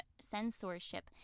censorship